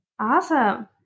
Awesome